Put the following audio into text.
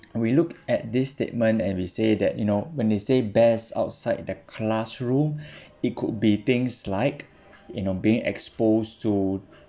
and we look at this statement and we say that you know when they say best outside the classroom it could be things like y'know being exposed to